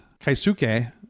Kaisuke